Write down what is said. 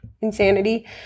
Insanity